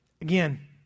Again